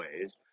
ways